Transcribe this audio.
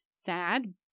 sad